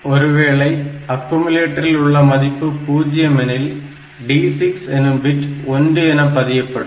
ஒருவேளை அக்குமுலேட்டரில் உள்ள மதிப்பு பூஜ்ஜியம் எனில் D6 எனும் பிட் 1 என பதியப்படும்